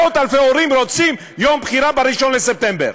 מאות אלפי הורים רוצים יום בחירה ב-1 בספטמבר.